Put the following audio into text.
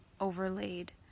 overlaid